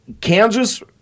Kansas—